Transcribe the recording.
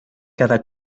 cada